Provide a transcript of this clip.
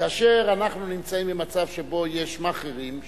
כאשר אנחנו נמצאים במצב שבו יש מאכערים,